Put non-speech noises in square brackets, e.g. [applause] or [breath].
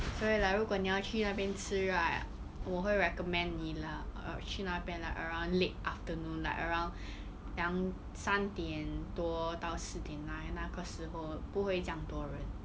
所以 like 如果你要去那边吃 right 我会 recommend 你 lah ah~ 去那边 lik~ around late afternoon like around [breath] 两三点多到四点那那个时候不会这样多人